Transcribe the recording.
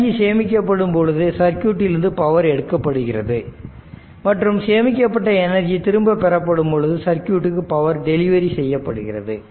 energy சேமிக்கப்படும் பொழுது சர்க்யூட்டில் இருந்து பவர் எடுக்கப்படுகிறது மற்றும் சேமிக்கப்பட்ட எனர்ஜி திரும்ப பெறப்படும் பொழுது சர்க்யூட்க்கு பவர் டெலிவரி செய்யப்படுகிறது